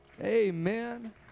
Amen